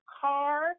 car